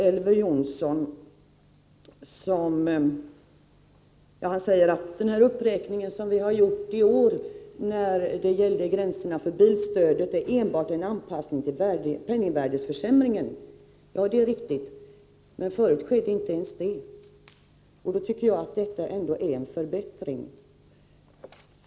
Elver Jonsson säger att den uppräkning av gränserna för bilstödet som vi har föreslagit enbart är en anpassning till penningvärdesförsämringen, och det är riktigt. Men tidigare gjordes inte ens det, och därför är detta förslag ändå en förbättring.